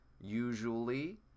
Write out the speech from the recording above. usually